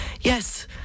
yes